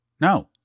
No